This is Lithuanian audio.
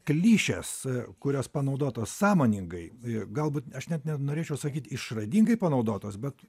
klišės kurios panaudotos sąmoningai galbūt aš net nenorėčiau sakyt išradingai panaudotos bet